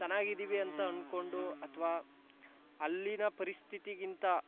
ಚೆನ್ನಾಗಿದೀವಿ ಅಂತ ಅಂದ್ಕೊಂಡು ಅಥ್ವಾ ಅಲ್ಲಿಯ ಪರಿಸ್ಥಿತಿಗಿಂತ